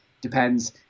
Depends